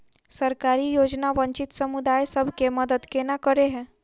सरकारी योजना वंचित समुदाय सब केँ मदद केना करे है?